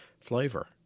flavor